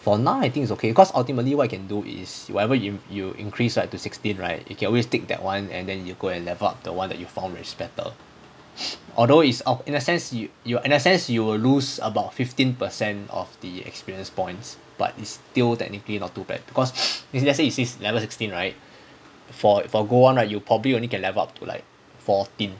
for now I think it's okay cause ultimately what you can do is you whatever you you increase right to sixteen right you can always take that [one] and then you go and level up the one that you found that is better although is uh in a sense you in a sense you will lose about fifteen percent of the experience points but it's still technically not too bad because maybe let's say it says level sixteen right for gold [one] right you probably can only level up to like fourteen